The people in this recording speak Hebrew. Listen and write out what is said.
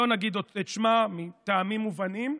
לא נגיד את שמה מטעמים מובנים,